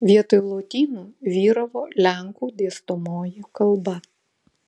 vietoj lotynų vyravo lenkų dėstomoji kalba